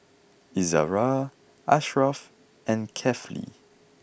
Izzara Ashraff and Kefli